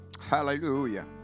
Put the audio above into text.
Hallelujah